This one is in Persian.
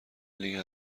لیگ